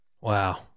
Wow